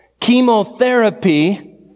Chemotherapy